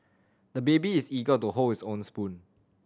the baby is eager to hold his own spoon